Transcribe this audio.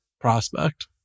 prospect